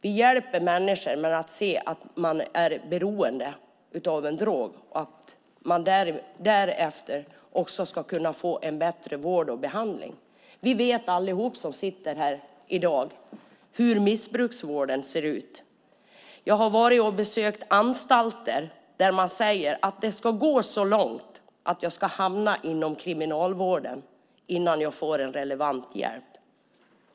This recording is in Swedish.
Vi hjälper människor genom att se deras beroende av en drog och genom att se till att de får bättre vård och behandling. Vi som sitter här i dag vet hur missbruksvården ser ut. Jag har besökt anstalter där de säger att det ska gå så långt att man hamnar inom Kriminalvården innan man får relevant hjälp.